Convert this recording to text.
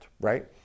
right